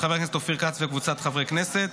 של חבר הכנסת אופיר כץ וקבוצת חברי הכנסת.